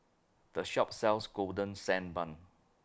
The Shop sells Golden Sand Bun